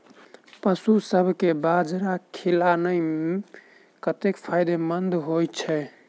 पशुसभ केँ बाजरा खिलानै कतेक फायदेमंद होइ छै?